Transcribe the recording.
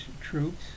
troops